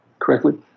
correctly